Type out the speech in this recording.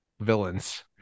villains